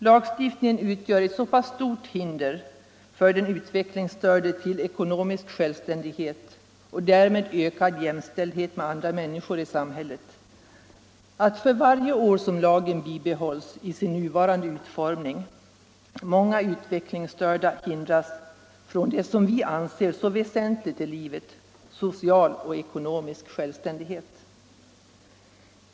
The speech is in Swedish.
Lagstiftningen utgör ett så stort hinder för den utvecklingsstördes möjligheter till ekonomisk självständighet och därmed ökad jämställdhet med andra människor i samhället att för varje år som lagen bibehålls i sin nuvarande utformning många utvecklingsstörda hindras från det som vi anser vara väsentligt i livet: social och ekonomisk självständighet.